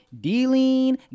dealing